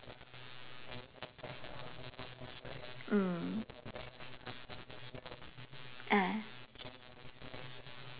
mm ah